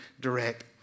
direct